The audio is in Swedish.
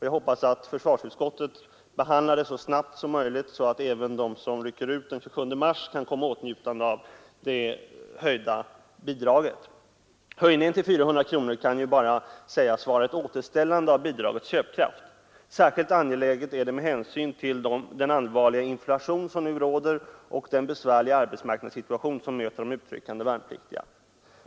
Jag hoppas att försvarsutskottet behandlar ärendet så snabbt att även de som rycker ut den 27 mars kan komma i åtnjutande av det höjda bidraget. En höjning till 400 kronor kan ju bara sägas vara ett återställande av bidragets köpkraft. Särskilt angelägen är den med hänsyn till den allvarliga inflation som nu råder och den besvärliga arbetsmarknadssituation som möter de utryckande värnpliktiga.